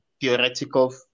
theoretical